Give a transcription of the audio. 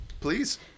Please